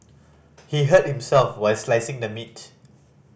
he hurt himself while slicing the meat